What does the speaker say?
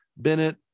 Bennett